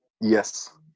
Yes